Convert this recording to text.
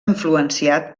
influenciat